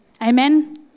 Amen